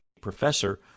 professor